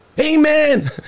Amen